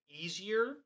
easier